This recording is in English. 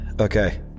Okay